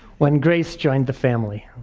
when grace joined the family.